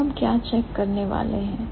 अब हम क्या चेक करने वाले हैं